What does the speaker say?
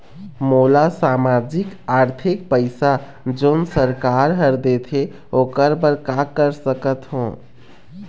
मोला सामाजिक आरथिक पैसा जोन सरकार हर देथे ओकर बर का कर सकत हो?